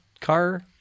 car